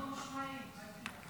אנחנו ממושמעים, אל תדאג.